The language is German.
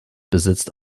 besitzt